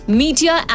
media